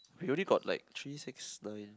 we already got like three six nine